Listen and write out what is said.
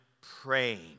praying